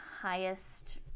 highest